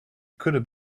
could